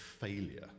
failure